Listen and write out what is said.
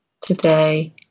Today